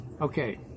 Okay